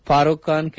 Farooq Khan K